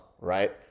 right